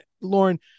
Lauren